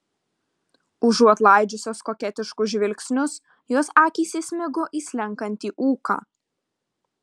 užuot laidžiusios koketiškus žvilgsnius jos akys įsmigo į slenkantį ūką